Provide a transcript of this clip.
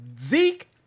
Zeke